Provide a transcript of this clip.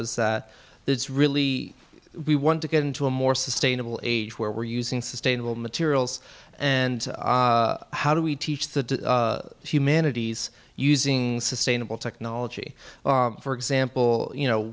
is that it's really we want to get into a more sustainable age where we're using sustainable materials and how do we teach the humanities using sustainable technology for example you know